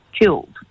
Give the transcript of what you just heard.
killed